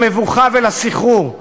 למבוכה ולסחרור.